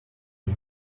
you